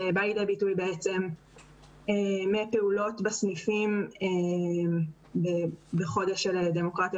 זה בא לידי ביטוי החל מפעולות בסניפים בכל חודש של דמוקרטיה